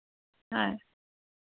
হয়